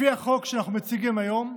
לפי החוק שאנחנו מציגים היום,